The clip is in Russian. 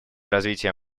развития